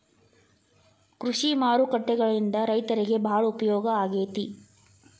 ಕೃಷಿ ಮಾರುಕಟ್ಟೆಗಳಿಂದ ರೈತರಿಗೆ ಬಾಳ ಉಪಯೋಗ ಆಗೆತಿ